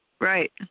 Right